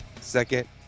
second